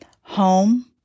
home